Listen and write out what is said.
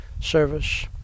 service